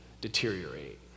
deteriorate